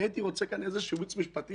אני הייתי רוצה כאן איזשהו ייעוץ משפטי